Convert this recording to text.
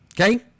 Okay